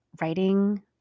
writing